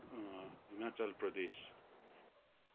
Himachal Pradesh